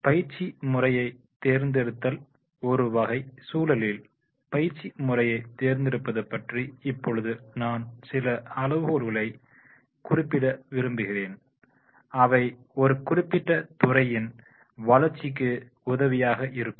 பயிற்சி முறையை தேர்ந்தெடுத்தல் ஒரு வகை சூழலில் பயிற்சி முறையை தேர்ந்தெடுப்பது பற்றி இப்பொழுது நான் சில அளவுகோல்களை குறிப்பிட விரும்புகிறேன் அவை ஒரு குறிப்பிட்ட துறையின் வளர்ச்சிக்கு உதவியாக இருக்கும்